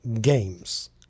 games